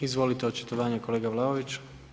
Izvolite očitovanje kolega Vlaović.